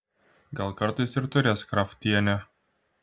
gal kartais ir turės kraftienė